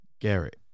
Garrett